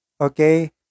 okay